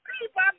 people